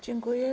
Dziękuję.